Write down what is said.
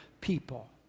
people